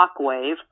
Shockwave